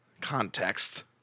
context